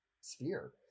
sphere